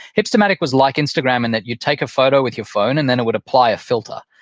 hipstamatic was like instagram in that you'd take a photo with your phone and then it would apply a filter.